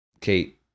kate